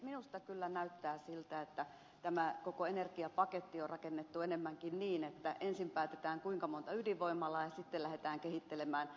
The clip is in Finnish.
minusta kyllä näyttää siltä että tämä koko energiapaketti on rakennettu enemmänkin niin että ensin päätetään kuinka monta ydinvoimalaa ja sitten lähdetään kehittelemään perusteluja